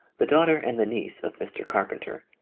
the daughter and the niece of mr. carpenter,